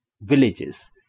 villages